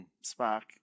Spark